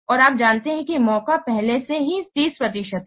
और आप जानते हैं कि मौका पहले से ही 30 प्रतिशत है